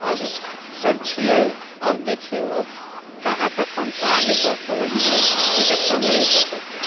आओर सर छियै अब देखियो अब कहाँ तक हमसब आगे बढ़ि पबै छियै ई तऽ समय बतेतै